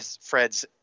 Fred's